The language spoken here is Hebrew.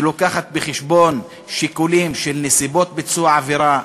שמביאה בחשבון שיקולים של נסיבות ביצוע העבירה,